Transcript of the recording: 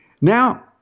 Now